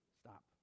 stop